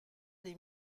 des